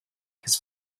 his